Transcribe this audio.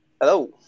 hello